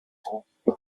groupe